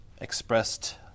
expressed